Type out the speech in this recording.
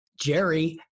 Jerry